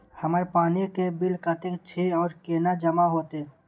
हमर पानी के बिल कतेक छे और केना जमा होते?